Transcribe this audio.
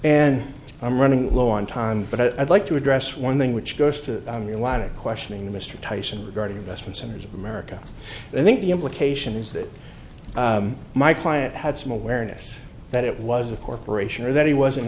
and i'm running low on time but i'd like to address one thing which goes to your line of questioning mr tyson regarding investments in his america and i think the implication is that my client had some awareness that it was a corporation or that he was